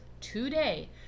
today